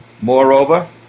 moreover